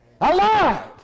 alive